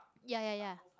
ya ya ya